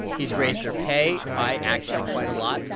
he's raised their pay by actually quite a lot.